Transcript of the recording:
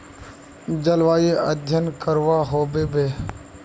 जलवायु अध्यन करवा होबे बे?